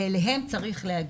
ואליהם צריך להגיע.